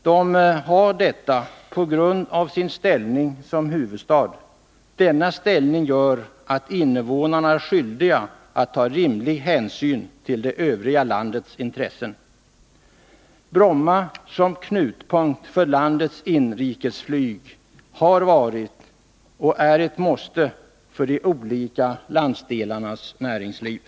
Man har detta på grund av sin ställning som huvudstad. Denna särställning för Stockholm gör att invånarna är skyldiga att ta rimlig hänsyn till det övriga landets intressen. Bromma, som knutpunkt för landets inrikesflyg, har varit och är ett måste för de olika landsdelarnas näringsliv.